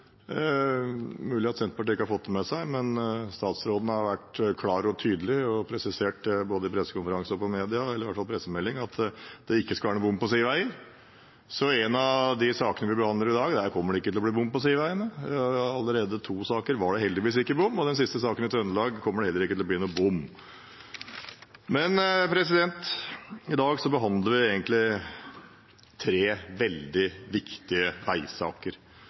mulig Senterpartiet ikke har fått det med seg, men statsråden har vært klar og tydelig og presisert både på pressekonferanse og i media, eller iallfall i pressemelding, at det ikke skal være noen bom på sideveier. Så i en av de sakene vi behandler i dag, kommer det ikke til å bli bom på sideveiene. Allerede i to av sakene var det heldigvis ikke bom, og i den siste saken, i Trøndelag, kommer det heller ikke til å bli noen bom. I dag behandler vi egentlig tre veldig viktige veisaker.